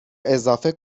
اضافه